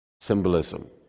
symbolism